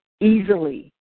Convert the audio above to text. easily